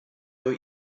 were